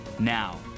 Now